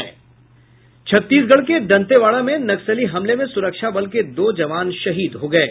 छत्तीसगढ़ के दंतेवाड़ा में नक्सली हमले में सुरक्षा बल के दो जवान शहीद हो गये